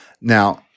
Now –